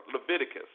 Leviticus